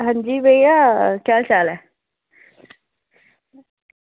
होर भी भइया केह् हाल चाल ऐ